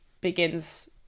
begins